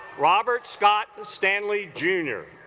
robert scott stanley jr.